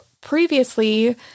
previously